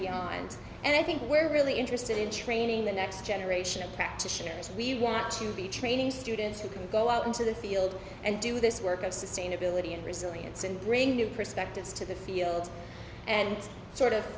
beyond and i think we're really interested in training the next generation of practitioners we want to be training students who can go out into the field and do this work of sustainability and resilience and bring new perspectives to the field and sort of